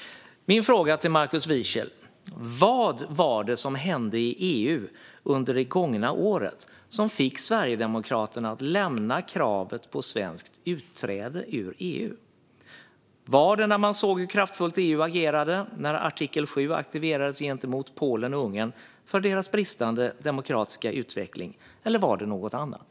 Mina frågor till Markus Wiechel är: Vad var det som hände i EU under det gångna året som fick Sverigedemokraterna att lämna kravet på svenskt utträde ur EU? Var det när man såg hur kraftfullt EU agerade när artikel 7 aktiverades mot Polen och Ungern för deras bristande demokratiska utveckling, eller var det något annat?